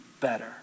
better